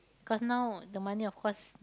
cause now the money of course